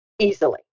easily